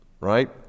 Right